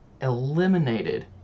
eliminated